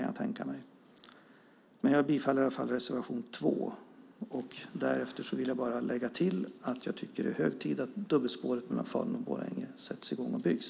Jag yrkar bifall till reservation 2. Därefter vill jag bara lägga till att jag tycker att det är hög tid att dubbelspåret mellan Falun och Borlänge byggs.